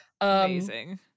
amazing